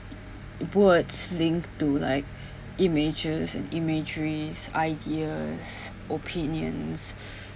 words linked to like images and imageries ideas opinions